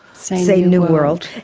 sane new world,